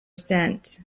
sent